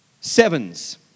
sevens